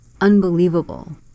unbelievable